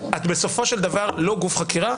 בסופו של דבר את לא גוף חקירה,